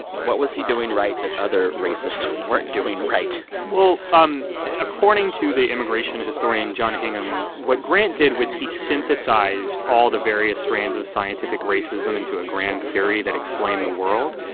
what was he doing right that other racists weren't doing right? well, um according to the immigration historian john higham, what grant did was he synthesized all the various strands of scientific racism into a grand theory that explained the world.